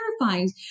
terrifying